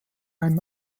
einem